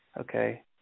okay